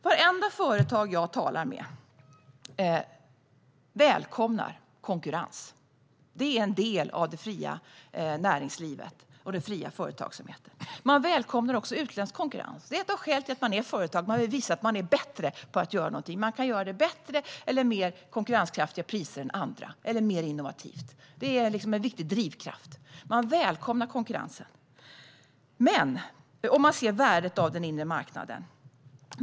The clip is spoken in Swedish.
Vartenda företag jag talar med välkomnar konkurrens. Det är en del av det fria näringslivet och den fria företagsamheten. Man välkomnar också utländsk konkurrens. Ett av skälen till att man driver företag är att man vill visa att man är bättre på att göra någonting. Man vill visa att man kan göra det bättre, till mer konkurrenskraftiga priser än andra eller mer innovativt. Det är en viktig drivkraft, och man välkomnar konkurrensen. Man ser också värdet av den inre marknaden.